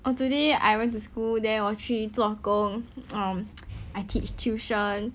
orh today I went to school then 我去做工 um I teach tuition